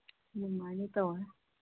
ꯑꯗꯨꯃꯥꯏꯅ ꯇꯧꯔꯦ